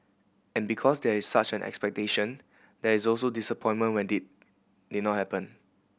and because there is such an expectation there is also disappointment when did did not happen